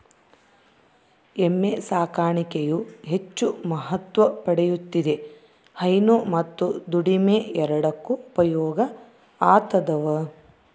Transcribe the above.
ಎಮ್ಮೆ ಸಾಕಾಣಿಕೆಯು ಹೆಚ್ಚು ಮಹತ್ವ ಪಡೆಯುತ್ತಿದೆ ಹೈನು ಮತ್ತು ದುಡಿಮೆ ಎರಡಕ್ಕೂ ಉಪಯೋಗ ಆತದವ